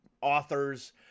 authors